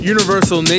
Universal